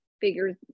figures